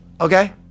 okay